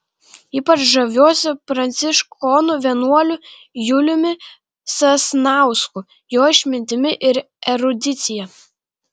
ypač žaviuosi pranciškonų vienuoliu juliumi sasnausku jo išmintimi ir erudicija